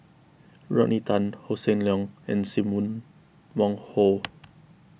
Rodney Tan Hossan Leong and Sim Wong Hoo